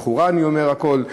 לכאורה, אני אומר, הכול.